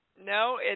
No